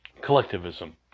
collectivism